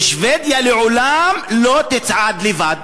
ושבדיה לעולם לא תצעד לבד.